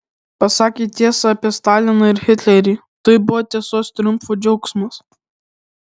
pasakė tiesą apie staliną ir hitlerį tai buvo tiesos triumfo džiaugsmas